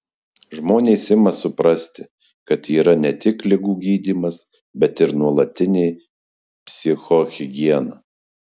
žmonės ima suprasti kad yra ne tik ligų gydymas bet ir nuolatinė psichohigiena